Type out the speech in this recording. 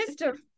Mr